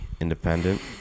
Independent